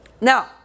Now